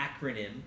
acronym